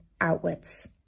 outwards